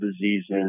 diseases